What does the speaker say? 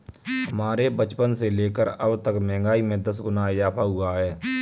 हमारे बचपन से लेकर अबतक महंगाई में दस गुना इजाफा हुआ है